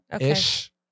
ish